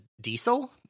diesel